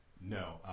No